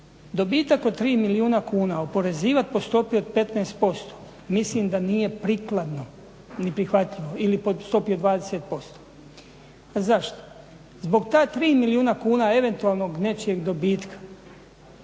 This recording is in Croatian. Dobitak od 3 milijuna kuna oporezivati po stopi od 15% mislim da nije prikladno ni prihvatljivo ili po stopi od 20%. Pa zašto? Zbog ta tri milijuna kuna eventualnog nečijeg dobitka